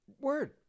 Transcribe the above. Word